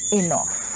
enough